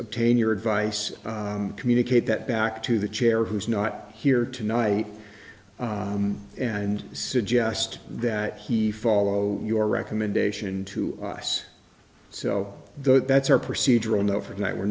obtain your advice communicate that back to the chair who's not here tonight and suggest that he follow your recommendation to us so that's our procedure on overnight we're